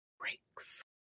breaks